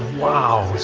wow.